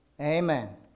Amen